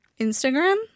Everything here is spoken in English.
Instagram